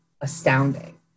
astounding